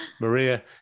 Maria